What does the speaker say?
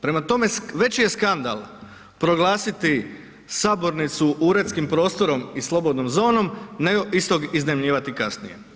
Prema tome, veći je skandal proglasiti sabornicu uredskim prostorom i slobodnom zonom nego istog iznajmljivati kasnije.